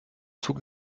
zug